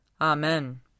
Amen